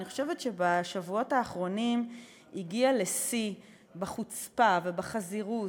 אני חושבת שבשבועות האחרונים הגיעה לשיא בחוצפה ובחזירות,